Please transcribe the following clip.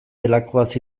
delakoaz